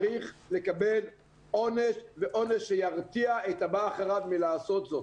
צריך לקבל עונש ועונש שירתיע את הבא אחריו מלעשות זאת.